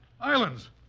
Islands